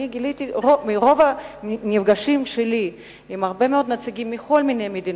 וגיליתי ברוב המפגשים שלי עם הרבה מאוד נציגים מכל מיני מדינות,